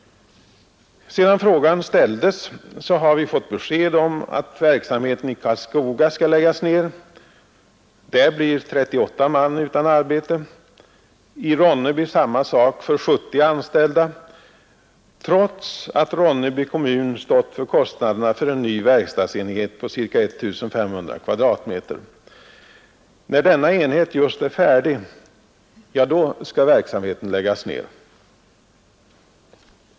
Sedan frågan ställdes har vi fått besked om att verksamheten i Karlskoga skall läggas ned — där blir 38 man utan arbete. I Ronneby blir det samma sak för ett 70-tal anställda trots att Ronneby kommun stått för kostnaderna för en ny verkstadsenhet på ca 1 500 kvadratmeter. När denna enhet just är färdig skall verksamheten läggas ned!